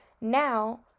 Now